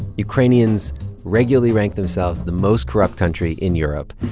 ukrainians regularly rank themselves the most corrupt country in europe.